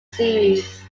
series